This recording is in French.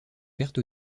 perte